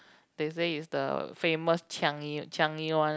they say is the famous Changi Changi one